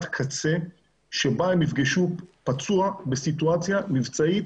קצה שבה הם יפגשו פצוע בסיטואציה מבצעית